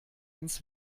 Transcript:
ans